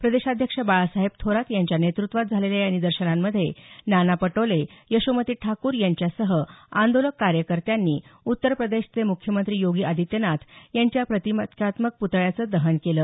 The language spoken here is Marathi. प्रदेशाध्यक्ष बाळासाहेब थोरात यांच्या नेतृत्वात झालेल्या या निदर्शनांमध्ये नाना पटोले यशोमती ठाकूर यांच्यासह आंदोलक कार्यकर्त्यांनी उत्तरप्रदेशचे मुख्यमंत्री योगी आदित्यनाथ यांच्या प्रतिकात्मक प्तळ्याचं दहन केलं